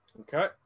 Okay